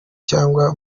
cyangwa